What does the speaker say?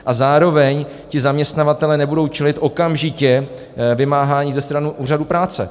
A zároveň zaměstnavatelé nebudou čelit okamžitě vymáhání ze strany úřadu práce.